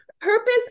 purpose